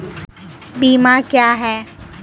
बीमा क्या हैं?